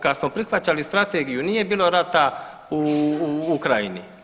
Kad smo prihvaćali strategiju nije bilo rata u Ukrajini.